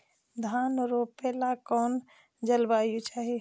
धान रोप ला कौन जलवायु चाही?